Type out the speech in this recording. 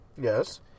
Yes